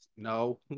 No